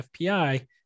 FPI